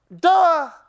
Duh